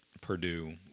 Purdue